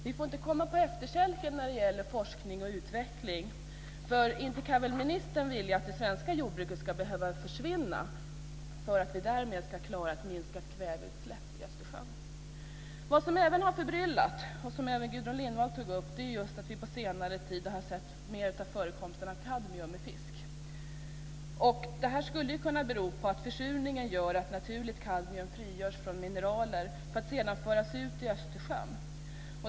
Vi får inte komma på efterkälken när det gäller forskning och utveckling - för inte kan väl ministern vilja att det svenska jordbruket ska behöva försvinna för att vi därmed ska klara ett minskat kväveutsläpp i Östersjön. Något som också har förbryllat, och som även Gudrun Lindvall tog upp, är att vi på senare tid har sett en ökad förekomst av kadmium i fisk. Det här skulle kunna bero på att försurningen gör att naturligt kadmium frigörs från mineraler för att sedan föras ut i Östersjön.